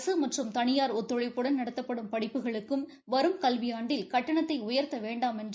அரசு மற்றும் தனியார் ஒத்துழைப்புடன் நடத்தப்படும் படிப்புகளுக்கும் வரும் கல்வியாண்டில் கட்டணத்தை உயர்த்த வேண்டாம் என்று